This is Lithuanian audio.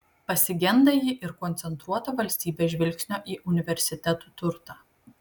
pasigenda ji ir koncentruoto valstybės žvilgsnio į universitetų turtą